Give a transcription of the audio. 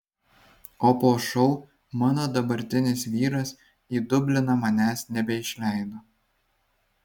o po šou mano dabartinis vyras į dubliną manęs nebeišleido